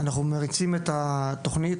אנחנו מריצים את התכנית,